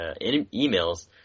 emails –